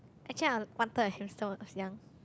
actually I wanted a hamster when I was young